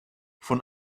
von